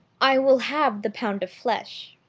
i will have the pound of flesh,